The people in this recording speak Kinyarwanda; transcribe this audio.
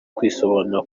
kwisobanura